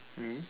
mm